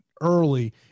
early